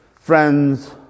Friends